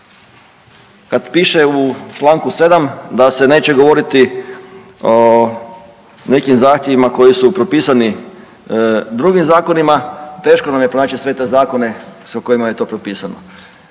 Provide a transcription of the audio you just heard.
Kad piše u čl. 7. da se neće govoriti o nekim zahtjevima koji su propisani drugim zakonima teško nam je pronaći sve te zakone kojima je to propisano.